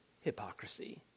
hypocrisy